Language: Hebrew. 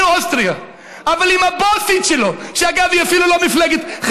יישאר לו אף אחד במפלגה.